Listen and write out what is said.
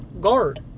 guard